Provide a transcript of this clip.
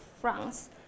France